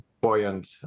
buoyant